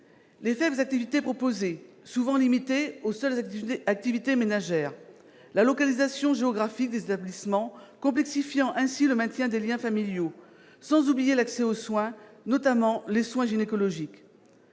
les faibles activités proposées, qui sont souvent limitées aux seules activités ménagères ; la localisation géographique des établissements, complexifiant ainsi le maintien des liens familiaux ; sans oublier l'accès aux soins, notamment les soins gynécologiques.